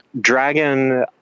Dragon